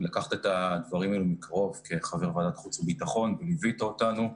לקחת את הדברים האלה מקרוב כחבר ועדת חוץ וביטחון וליווית אותנו,